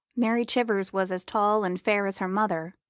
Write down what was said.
mary chivers was as tall and fair as her mother,